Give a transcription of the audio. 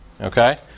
okay